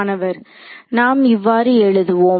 மாணவர் நாம் இவ்வாறு எழுதுவோம்